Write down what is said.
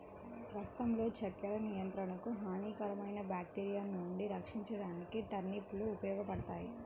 రక్తంలో చక్కెర నియంత్రణకు, హానికరమైన బ్యాక్టీరియా నుండి రక్షించడానికి టర్నిప్ లు ఉపయోగపడతాయి